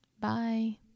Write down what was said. Bye